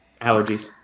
Allergies